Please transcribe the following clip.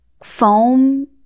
foam